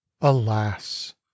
Alas